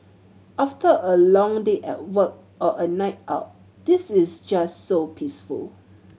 after a long day at work or a night out this is just so peaceful